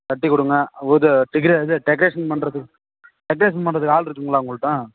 கட்டி கொடுங்க ஒரு டெக்ரே இது டெக்ரேஷன் பண்ணுறதுக்கு டெக்ரேஷன் பண்ணுறதுக்கு ஆளிருக்குங்களா உங்ககிட்ட